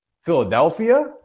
Philadelphia